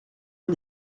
uns